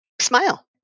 Smile